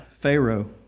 Pharaoh